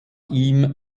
ihm